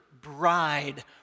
bride